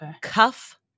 Cuff